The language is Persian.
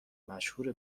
مشهور